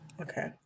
Okay